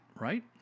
right